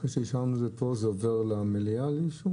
אחרי שאישרנו את זה פה זה עובר למליאה לאישור?